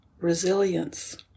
resilience